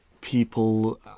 people